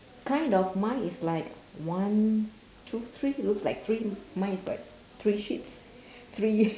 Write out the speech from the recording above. kind of mine is like one two three looks like three mine is got three sheets three